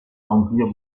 l’empire